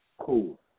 cool